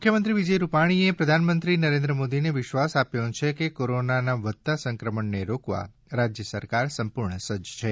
મુખ્યમંત્રી વિજય રૂપાણીએ પ્રધાનમંત્રી શ્રી નરેન્દ્ર મોદીને વિશ્વાસ આપ્યો છે કે કોરોનાના વધતા સંક્રમણને રોકવા રાજય સરકાર સંપુર્ણ સજજ છે